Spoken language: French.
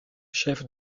chef